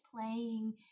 playing